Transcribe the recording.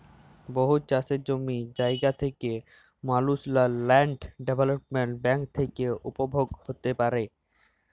বহুত চাষের জমি জায়গা থ্যাকা মালুসলা ল্যান্ড ডেভেলপ্মেল্ট ব্যাংক থ্যাকে উপভোগ হ্যতে পারে